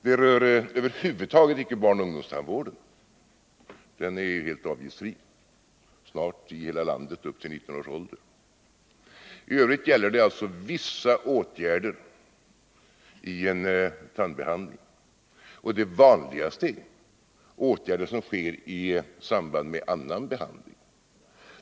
Det rör över huvud taget icke barnoch ungdomstandvården — den är helt avgiftsfri i snart hela landet upp till 19 års ålder. I övrigt gäller det alltså vissa åtgärder i en tandbehandling. Det vanligaste är åtgärder som sker i samband med annan behandling.